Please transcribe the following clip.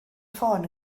ffôn